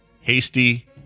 hasty